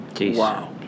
Wow